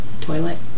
Toilet